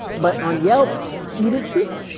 but on yelp you didn't see that.